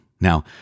Now